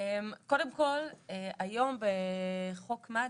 קודם כל היום בחוק מד"א,